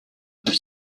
peut